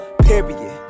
period